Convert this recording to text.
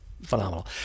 Phenomenal